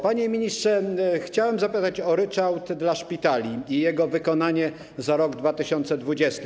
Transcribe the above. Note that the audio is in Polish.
Panie ministrze, chciałem zapytać o ryczałt dla szpitali i jego wykonanie za rok 2020.